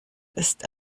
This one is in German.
ist